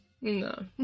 No